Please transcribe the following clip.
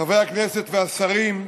חברי הכנסת והשרים,